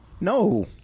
No